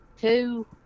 two